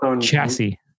chassis